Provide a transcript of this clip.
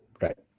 Right